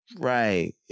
Right